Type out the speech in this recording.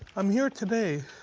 i'm here today